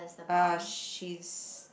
uh she's